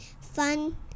fun